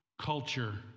culture